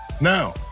Now